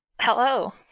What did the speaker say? Hello